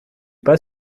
pas